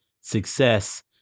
success